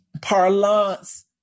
parlance